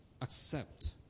accept